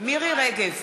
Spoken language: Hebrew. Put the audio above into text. מירי רגב,